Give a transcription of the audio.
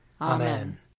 Amen